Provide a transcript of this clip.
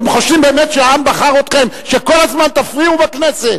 אתם חושבים באמת שהעם בחר אתכם שכל הזמן תפריעו בכנסת?